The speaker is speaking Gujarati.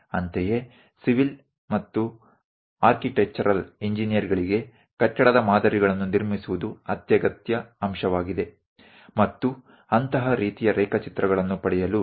એ જ રીતે સિવિલ અને આર્કિટેક્ચરલ એન્જિનિયરો ઇજનેરો માટે બિલ્ડિંગ ઈમારત બનાવવાની પદ્ધતિ pattern રીત એ એક આવશ્યક ઘટક છે